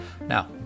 now